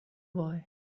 boy